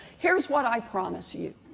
here's what i promise you,